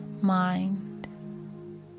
mind